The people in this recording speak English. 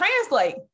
translate